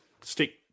stick